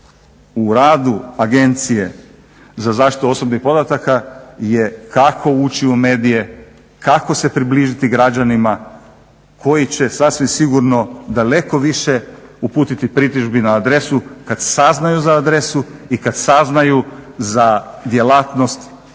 u radu agencije za zaštitu osobnih podataka je kako ući u medije, kako se približiti građanima koji će sasvim sigurno daleko više uputiti pritužbi na adresu kada saznaju za adresu i kada saznaju za djelatnost